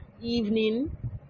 evening